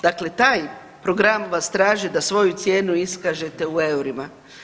Dakle, taj program vas traži da svoju cijenu iskažete u eurima.